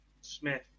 Smith